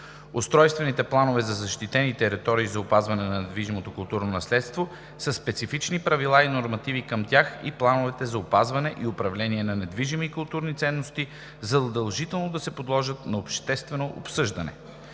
Устройствените планове за защитени територии за опазване на недвижимото културно наследство със специфични правила и нормативи към тях и плановете за опазване и управление на недвижими културни ценности задължително да се подложат на обществено обсъждане.